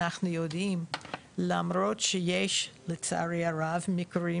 אנחנו יודעים שלמרות שיש לצערי הרב מקרים